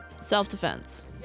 Self-defense